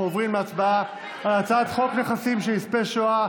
אנחנו עוברים להצבעה על הצעת חוק נכסים של נספי שואה